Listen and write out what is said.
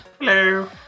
Hello